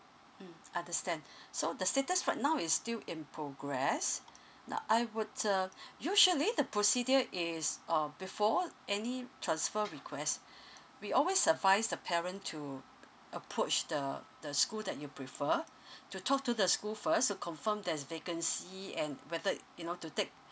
mm understand so the status right now is still in progress now I would uh usually the procedure is uh before any transfer request we always advise the parent to approach the the school that you prefer to talk to the school first to confirm there's vacancy and whether you know to take